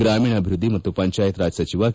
ಗ್ರಾಮೀಣಾಭಿವೃದ್ಧಿ ಮತ್ತು ಪಂಚಾಯತ್ ಸಚಿವ ಕೆ